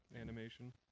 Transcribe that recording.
animation